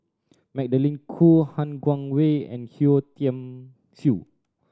Magdalene Khoo Han Guangwei and Yeo Tiam Siew